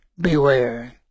beware